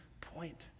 point